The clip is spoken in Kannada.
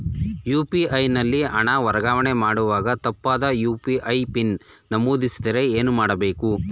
ಯು.ಪಿ.ಐ ನಲ್ಲಿ ಹಣ ವರ್ಗಾವಣೆ ಮಾಡುವಾಗ ತಪ್ಪಾದ ಯು.ಪಿ.ಐ ಪಿನ್ ನಮೂದಿಸಿದರೆ ಏನು ಮಾಡಬೇಕು?